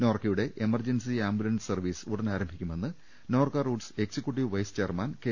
നോർക്കയുടെ emergency ambulance service ഉടൻ ആരംഭിക്കുമെന്ന് Norka Roots executive vice chairman K